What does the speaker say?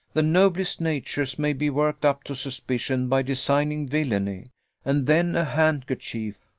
the noblest natures may be worked up to suspicion by designing villany and then a handkerchief,